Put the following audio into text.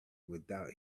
without